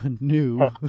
new